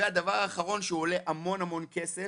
והדבר האחרון שעולה המון המון כסף,